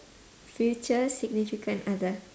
future significant other